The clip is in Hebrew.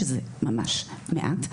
שזה ממש מעט,